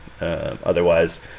Otherwise